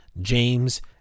James